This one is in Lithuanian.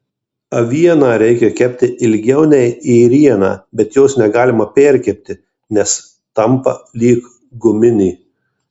avieną reikia kepti ilgiau nei ėrieną bet jos negalima perkepti nes tampa lyg guminė